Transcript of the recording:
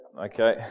okay